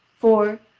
for,